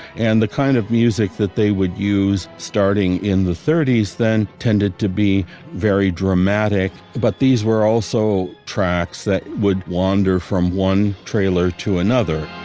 and the kind of music that they would use starting in the thirty s then tended to be very dramatic, but these were also tracks that would wander from one trailer to another